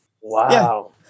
Wow